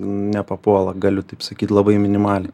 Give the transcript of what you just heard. nepapuola galiu taip sakyt labai minimaliai